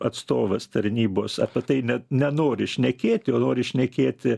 atstovas tarnybos apie tai net nenori šnekėti o nori šnekėti